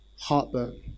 Heartburn